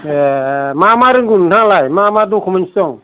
एह मा मा रोंगौ नोंथाङा लाय मा मा डकमेन्स दं